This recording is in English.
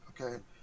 okay